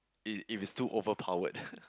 if if it's too overpowered